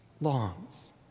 longs